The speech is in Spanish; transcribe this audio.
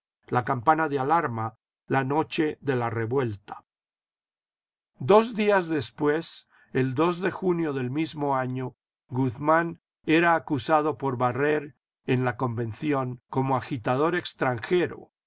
la campana de alarma la noche de la revuelta dos días después el de junio del mismo año guzmán era acusado por barere en la convención como agitador extranjero